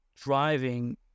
driving